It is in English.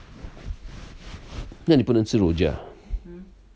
那你不能吃 rojak ah